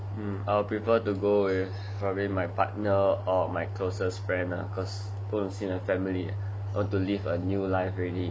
mm I will prefer to go with probably my partner or my closest friend ah cause not going to see the family going to live a new life already